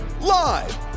live